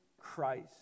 Christ